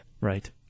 Right